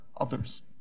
others